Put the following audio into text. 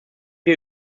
wir